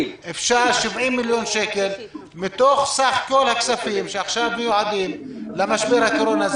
70 מיליון שקל מתוך סך כל הכספים שעכשיו מיועדים למשבר הקורונה.